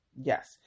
yes